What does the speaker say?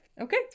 Okay